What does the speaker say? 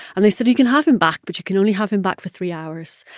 and they said you can have him back, but you can only have him back for three hours.